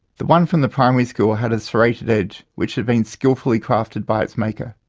the one from the primary school had a serrated edge which had been skilfully crafted by its maker.